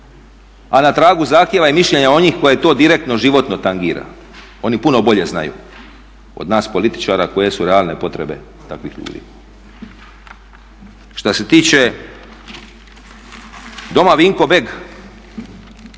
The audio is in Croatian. a na tragu zahtjeva i mišljenja onih koje to direktno, životno tangira, oni puno bolje znaju od nas političara koje su realne potrebe takvih ljudi. Što se tiče Doma Vinko Beg,